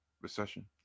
recession